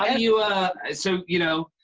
ah you so, you know,